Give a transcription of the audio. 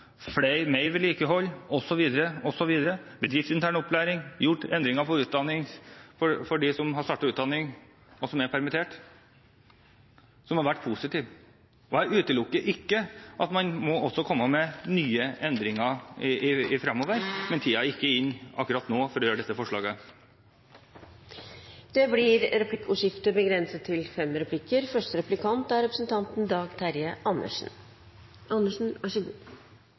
tiltaksplasser, mer vedlikehold osv., bedriftsintern opplæring, gjort endringer for dem som har startet utdanning og er permitterte, som har vært positive. Jeg utelukker ikke at man også må komme med nye endringer fremover, men tiden er ikke inne akkurat nå for å gjennomføre dette forslaget. Det blir replikkordskifte. Representanten